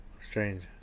Strange